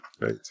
Right